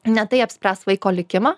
ne tai apspręs vaiko likimą